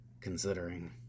considering